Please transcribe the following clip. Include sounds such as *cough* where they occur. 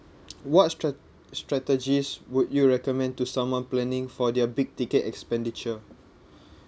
what strat~ strategies would you recommend to someone planning for their big-ticket expenditure *breath*